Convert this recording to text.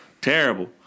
Terrible